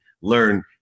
learn